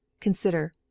Consider